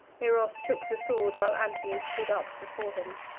eros took the sword while antony stood up before him.